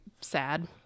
sad